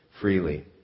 freely